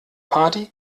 party